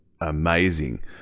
amazing